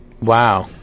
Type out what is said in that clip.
Wow